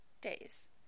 days